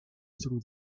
through